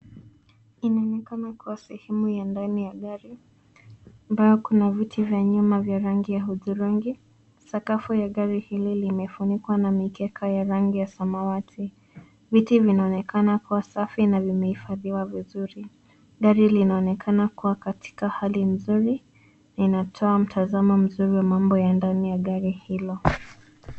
Inaonekana kuwa sehemu ya ndani ya gari ambayo kuna viti vya nyuma vya rangi hudhurungi. Sakafu ya gari hili limefunikwa na mikeka ya rangi ya samawati. Viti vinaonekana kuwa safi na vimehifadhiwa vizuri, gari linaonekana kuwa katika hali nzuri inatoa mtazamo mzuri wa mambo ya ndani ya gari hilo.